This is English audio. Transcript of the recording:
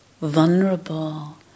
vulnerable